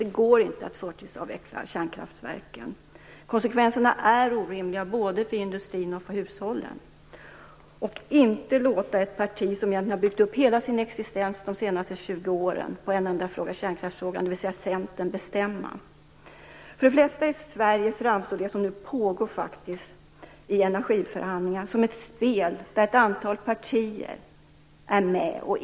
Det går inte att förtidsavveckla kärnkraftverken. Konsekvenserna är orimliga, både för industrin och för hushållen. Jag vill också be Anders Sundström att inte låta ett parti som har byggt upp hela sin existens de senaste 20 åren på en enda fråga, kärnkraftsfrågan, bestämma, dvs. Centern. För de flesta i Sverige framstår det som nu pågår i energiförhandlingarna som ett spel där ett antal partier är med.